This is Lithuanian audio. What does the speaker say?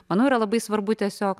manau yra labai svarbu tiesiog